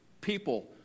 people